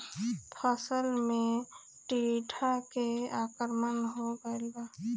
फसल पे टीडा के आक्रमण हो गइल बा?